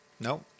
No